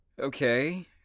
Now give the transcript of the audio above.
Okay